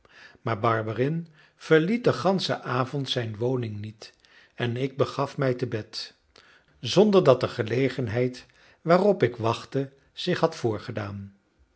maar barberin verliet den ganschen avond zijn woning niet en ik begaf mij te bed zonder dat de gelegenheid waarop ik wachtte zich had voorgedaan